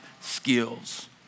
skills